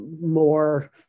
more